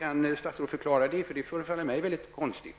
Kan statsrådet förklara det, för för mig förefaller det väldigt konstigt.